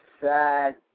sad